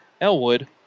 Elwood